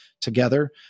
together